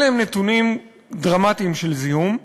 אלה הם נתונים דרמטיים של זיהום,